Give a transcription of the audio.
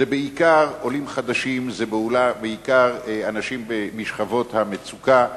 זה בעיקר עולים חדשים, אנשים משכבות המצוקה,